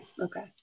okay